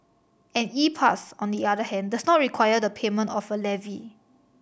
an E Pass on the other hand does not require the payment of a levy